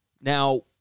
Now